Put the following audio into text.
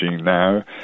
now